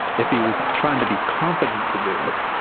if he was trying to be confident to do it,